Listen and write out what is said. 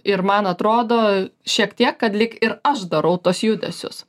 ir man atrodo šiek tiek kad lyg ir aš darau tuos judesius